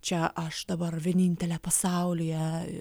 čia aš dabar vienintelė pasaulyje